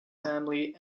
family